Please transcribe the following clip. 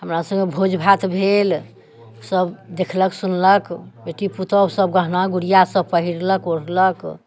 हमरासभके भोज भात भेल सभ देखलक सुनलक बेटी पुतोहु सभ गहना गुड़िया सभ पहिरलक ओढ़लक